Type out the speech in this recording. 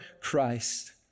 Christ